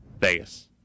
Vegas